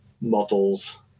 models